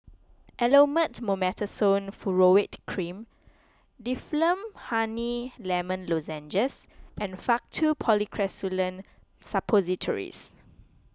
Elomet Mometasone Furoate Cream Difflam Honey Lemon Lozenges and Faktu Policresulen Suppositories